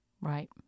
Right